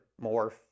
more